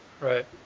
Right